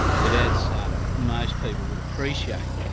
but as most people would appreciate,